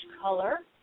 color